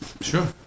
Sure